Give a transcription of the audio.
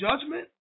judgment